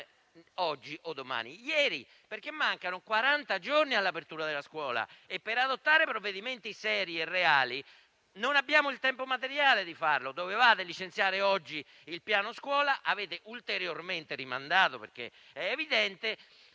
oggi o domani, ma ieri, perché mancano quaranta giorni all'apertura della scuola e per adottare provvedimenti seri e reali non abbiamo il tempo materiale di farlo. Dovevate licenziare oggi il piano scuola; avete ulteriormente rimandato. La sensazione evidente,